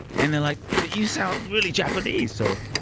and they're like, but you sound really japanese, so